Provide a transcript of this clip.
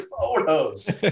photos